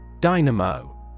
Dynamo